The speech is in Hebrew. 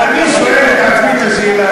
אז אני שואל את עצמי את השאלה